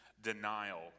denial